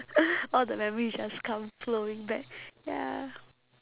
all the memories just come flowing back ya